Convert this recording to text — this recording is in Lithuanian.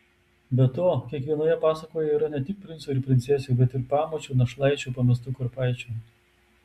be to kiekvienoje pasakoje yra ne tik princų ir princesių bet ir pamočių našlaičių pamestų kurpaičių